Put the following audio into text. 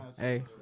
hey